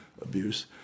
abuse